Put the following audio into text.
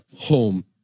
home